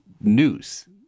news